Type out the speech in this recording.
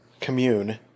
commune